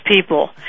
people